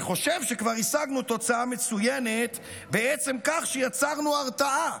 אני חושב שכבר השגנו תוצאה מצוינת בעצם כך שיצרנו הרתעה.